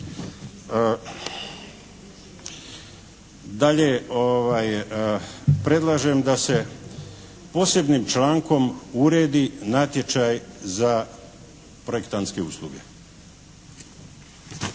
Dalje, predlažem da se posebnim člankom uredi natječaj za projektantske usluge.